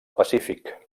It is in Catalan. pacífic